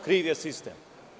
Kriv je sistem.